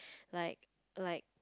like like